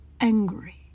angry